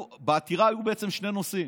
בעתירה היו בעצם שני נושאים.